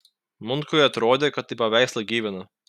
munkui atrodė kad tai paveikslą gyvina